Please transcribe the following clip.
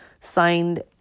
signed